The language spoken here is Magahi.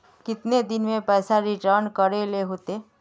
कितने दिन में पैसा रिटर्न करे के होते?